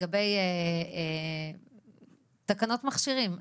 לגבי תקנות מכשירים,